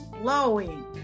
flowing